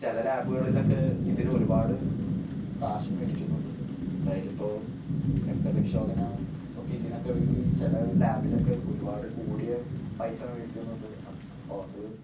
ചില ലോബുകളിലൊക്കെ ഇതിന് ഒരുപാട് കാശ് മേടിക്കുന്നുണ്ട് അതായത് ഇപ്പോള് രക്ത പരിശോധന ഒക്കെ ഇതിനൊക്കെ വേണ്ടി ചില ലാബിലൊക്കെ ഒരുപാട് കൂടിയ പൈസ മേടിക്കുന്നുണ്ട് അപ്പോള് അത്